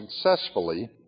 successfully